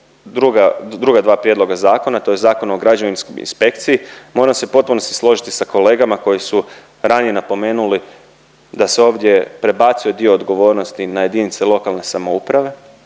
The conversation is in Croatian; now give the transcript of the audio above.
druga dva prijedloga zakona tj. Zakonu o građevinskoj inspekciji. Moram se u potpunosti složiti sa kolegama koji su ranije napomenuli da se ovdje prebacuje dio odgovornosti na jedinice lokalne samouprave,